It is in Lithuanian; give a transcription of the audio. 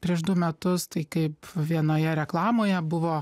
prieš du metus tai kaip vienoje reklamoje buvo